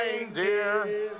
reindeer